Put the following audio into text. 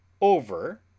over